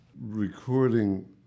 recording